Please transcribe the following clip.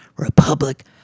Republic